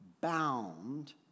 bound